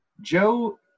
Joe